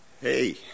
Hey